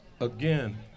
Again